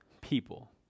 people